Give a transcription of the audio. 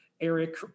Eric